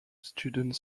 student